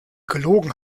gelogen